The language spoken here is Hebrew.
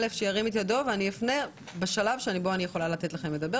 שירים את ידו ואני אאפשר בשלב בו אוכל לתת את זכות הדיבור.